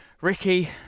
Ricky